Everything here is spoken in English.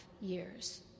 years